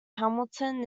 hamilton